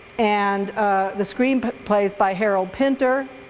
and the screenplay is by harold pinter.